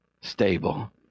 stable